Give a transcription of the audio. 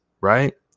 Right